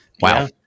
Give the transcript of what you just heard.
wow